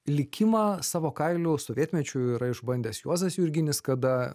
likimą savo kailiu sovietmečiu yra išbandęs juozas jurginis kada